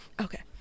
Okay